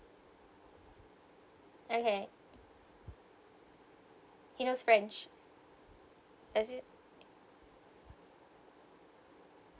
okay he knows french does he